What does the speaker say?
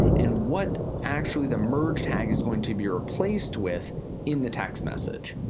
and what actually the merge tag is going to be replaced with in the text message.